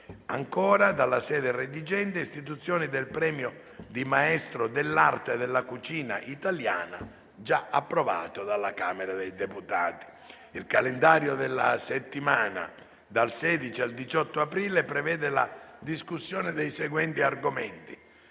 aprile; dalla sede redigente, istituzione del premio di «Maestro dell'arte della cucina italiana», approvato dalla Camera dei deputati. Il calendario della settimana dal 16 al 18 aprile prevede la discussione dei seguenti argomenti: